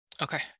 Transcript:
okay